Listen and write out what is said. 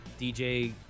DJ